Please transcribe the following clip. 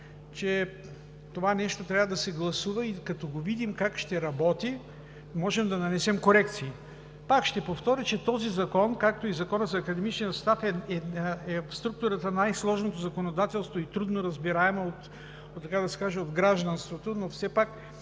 че това нещо трябва да се гласува и като видим как ще работи, можем да нанесем корекции. Пак ще повторя, че този закон, както и Законът за академичния състав, са в структурата на най-сложното законодателство и трудно разбираемо от гражданството, но все пак